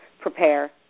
prepare